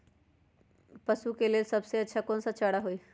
पशु के लेल सबसे अच्छा कौन सा चारा होई?